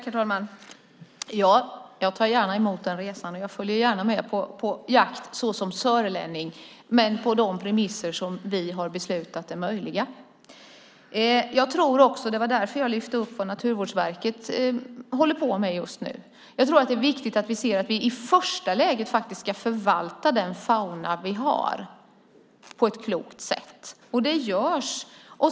Herr talman! Jag tar gärna emot den resan och följer gärna med på jakt, som sörlänning men på de premisser som vi har beslutat är möjliga. Jag tror också, och det var därför jag lyfte fram vad Naturvårdsverket håller på med, att det är viktigt att vi ser till att vi i första läget ska förvalta den fauna vi har på ett klokt sätt. Det görs.